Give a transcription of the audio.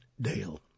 Dale